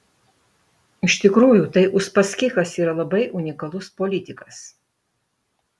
iš tikrųjų tai uspaskichas yra labai unikalus politikas